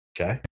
Okay